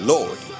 Lord